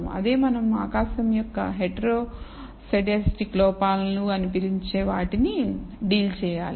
అదే మనం ఆకాశం యొక్క heteroscedastic లోపాలను అని పిలిచే వాటిని డీల్ చేయాలి